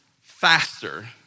faster